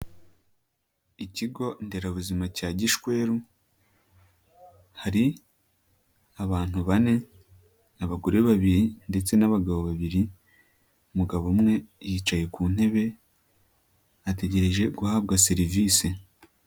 Ikigo nderabuzima cya Gishweru, hari abantu bane, ni abagore babiri ndetse n'abagabo babiri, umugabo umwe yicaye ku ntebe ,ategereje guhabwa serivise.